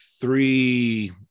three